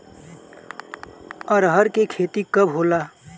अरहर के खेती कब होला?